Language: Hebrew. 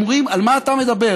אומרים: על מה אתה מדבר?